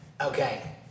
Okay